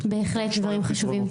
להלן תרגומם: בהחלט דברים חשובים,